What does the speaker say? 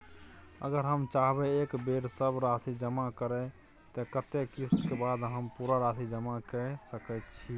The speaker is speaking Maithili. अगर हम चाहबे एक बेर सब राशि जमा करे त कत्ते किस्त के बाद हम पूरा राशि जमा के सके छि?